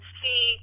see